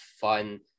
fun